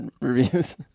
reviews